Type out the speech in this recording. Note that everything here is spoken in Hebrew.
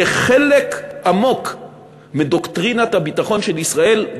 כחלק עמוק מדוקטרינת הביטחון של ישראל,